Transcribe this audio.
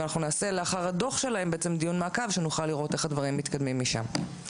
אחרי הדוח שלהם נעשה דיון מעקב שנוכל לראות איך הדברים מתקדמים משם.